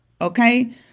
Okay